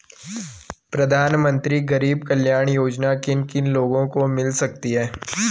प्रधानमंत्री गरीब कल्याण योजना किन किन लोगों को मिल सकती है?